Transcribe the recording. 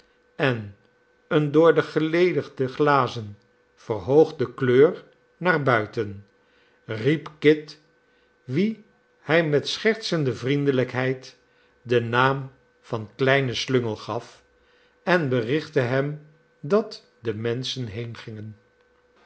en eene door de geledigde glazen verhoogde kleur naar buiten riep kit wien hij met schertsende vriendelijkheid den naam van kleinen slungel gaf en berichtte hem dat de